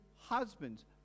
husbands